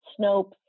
Snopes